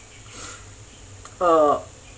err